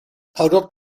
powdr